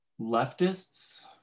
leftists